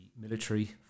military